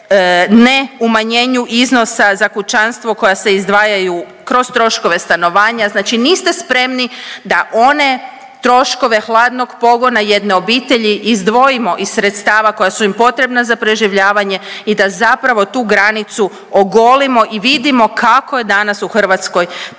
ne umanjenju iznosa za kućanstvo koja se izdvajaju kroz troškove stanovanja, znači niste spremni da one troškove hladnog pogona jedne obitelji izdvojimo iz sredstava koja su im potrebna za preživljavanje i da zapravo tu granicu ogolimo i vidimo kako je danas u Hrvatskoj težak